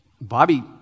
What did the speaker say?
Bobby